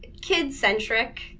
kid-centric